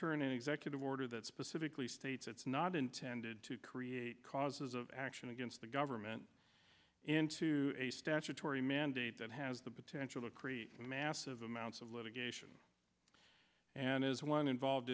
turn an executive order that specifically states it's not intended to create causes of action against the government into a statutory mandate that has the potential to create massive amounts of litigation and is one involved